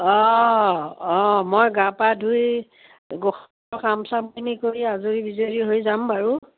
অঁ অঁ মই গা পা ধুই গোঁসাই কাম চামখিনি কৰি আজৰি বিজৰি হৈ যাম বাৰু